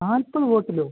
നാൽപ്പത് ബോട്ടിലോ